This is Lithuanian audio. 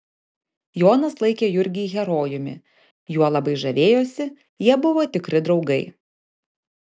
jonas laikė jurgį herojumi juo labai žavėjosi jie buvo tikri draugai